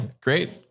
Great